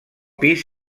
pis